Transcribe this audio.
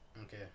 Okay